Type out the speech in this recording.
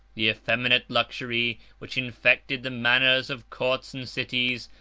the effeminate luxury, which infected the manners of courts and cities,